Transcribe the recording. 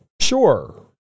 Sure